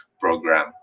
program